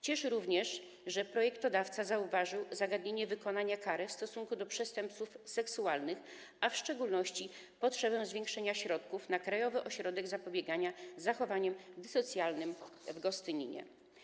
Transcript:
Cieszy również, że projektodawca zauważył zagadnienie wykonania kary w stosunku do przestępców seksualnych, a w szczególności potrzebę zwiększenia środków na Krajowy Ośrodek Zapobiegania Zachowaniom Dyssocjalnym w Gostyninie.